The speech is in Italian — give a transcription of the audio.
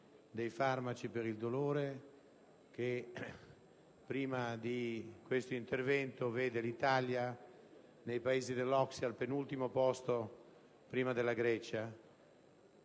dei farmaci per il dolore, che prima di questo intervento vedeva l'Italia nei Paesi dell'OCSE, al penultimo posto, davanti alla Grecia;